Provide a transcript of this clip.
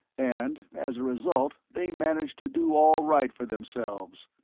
and, as a result they manage to do all right for themselves.